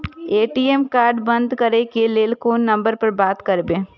ATM card बंद करे के लेल कोन नंबर पर बात करबे?